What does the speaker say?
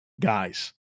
guys